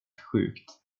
sjukt